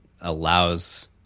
allows